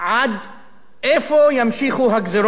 איפה יימשכו הגזירות האלה?